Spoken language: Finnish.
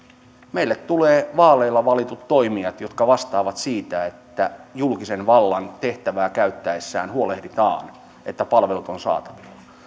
meille tulee vaaleilla valitut toimijat jotka vastaavat siitä että julkisen vallan tehtävää käytettäessä huolehditaan että palvelut ovat saatavilla